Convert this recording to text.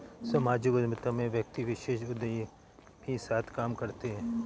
सामाजिक उद्यमिता में व्यक्ति विशेष उदयमी साथ काम करते हैं